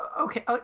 Okay